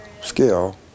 skill